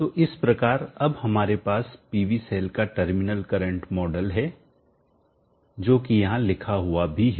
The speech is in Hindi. तो इस प्रकार अब हमारे पास पीवी सेल का टर्मिनल करंट मॉडल है जो कि यहां लिखा हुआ भी है